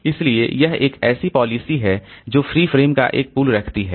इसलिए यह एक ऐसी पॉलिसी है जो फ्री फ्रेम का एक पूल रखती है